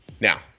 Now